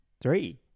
Three